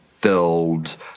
filled